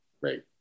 right